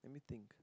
let me think